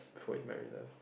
before he married lah